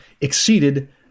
exceeded